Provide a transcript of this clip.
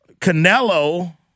Canelo